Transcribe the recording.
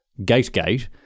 Gategate